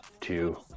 two